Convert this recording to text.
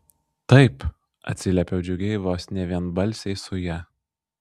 taip atsiliepiau džiugiai vos ne vienbalsiai su ja